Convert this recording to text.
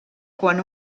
quan